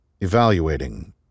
evaluating